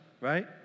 right